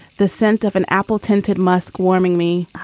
the scent of an apple tinted musk warming me.